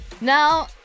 Now